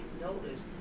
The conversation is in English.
notice